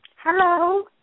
Hello